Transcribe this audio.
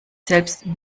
selbst